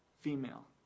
female